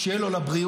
שיהיה לו לבריאות,